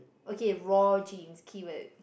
okay raw jeans keyword